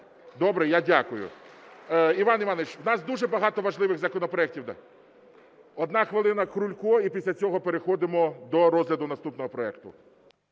Добре? Я дякую. Іван Іванович, у нас дуже багато важливих законопроектів. 1 хвилина Крулько. І після цього переходимо до розгляду наступного проекту.